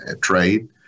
trade